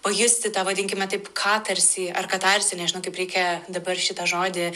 pajusti tą vadinkime taip katarsį ar katarsį nežinau kaip reikia dabar šitą žodį